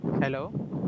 Hello